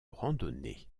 randonnées